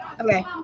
Okay